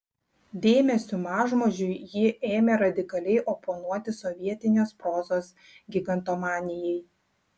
dėmesiu mažmožiui ji ėmė radikaliai oponuoti sovietinės prozos gigantomanijai